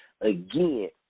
Again